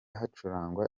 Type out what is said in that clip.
hacurangwa